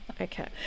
Okay